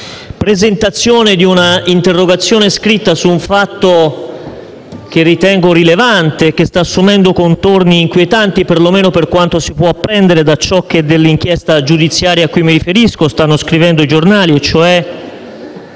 link apre una nuova finestra") su un fatto che ritengo rilevante e che sta assumendo contorni inquietanti, perlomeno per quanto si può apprendere da ciò che dell'inchiesta giudiziaria cui mi riferisco stanno scrivendo i giornali: sto